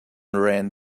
ran